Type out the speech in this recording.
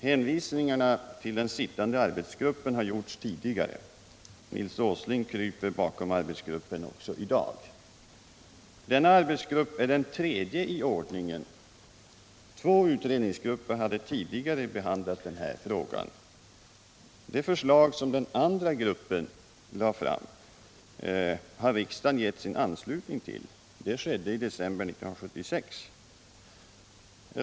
Hänvisningar till den sittande arbetsgruppen har gjorts tidigare, och Nils Åsling kryper bakom denna arbetsgrupp också i dag. Två utredningsgrupper har tidigare behandlat denna fråga, och denna arbetsgrupp är alltså den tredje i ordningen. Det förslag som den andra av dessa grupper lade fram har riksdagen givit sin anslutning till i december 1976.